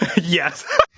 yes